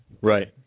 Right